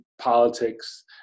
politics